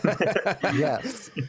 yes